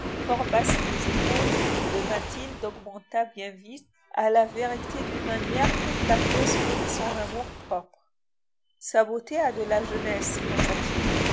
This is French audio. des épaules de mathilde augmenta bien vite à la vérité d'une manière peu flatteuse pour son amour-propre sa beauté a de la jeunesse pensa-t-il